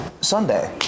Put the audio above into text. Sunday